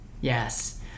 Yes